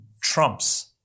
trumps